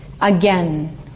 again